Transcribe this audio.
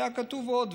היה כתוב עוד,